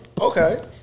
Okay